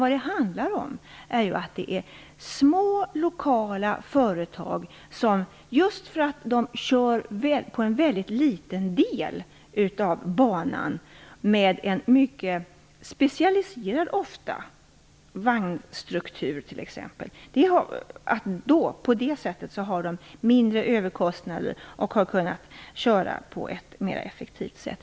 Det handlar om att det är små lokala företag som just för att de kör på en mycket liten del av banan med en mycket specialiserad vagnstruktur har mindre överkostnader och har kunnat köra på ett mer effektivt sätt.